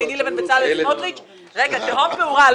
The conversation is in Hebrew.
ביני לבין בצלאל סמוטריץ תהום פעורה.